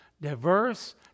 diverse